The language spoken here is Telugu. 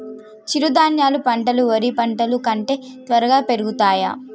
చిరుధాన్యాలు పంటలు వరి పంటలు కంటే త్వరగా పెరుగుతయా?